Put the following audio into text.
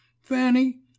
Fanny